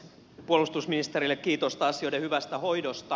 puolustusministerille kiitosta asioiden hyvästä hoidosta